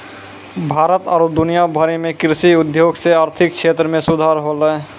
भारत आरु दुनिया भरि मे कृषि उद्योग से आर्थिक क्षेत्र मे सुधार होलै